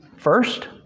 first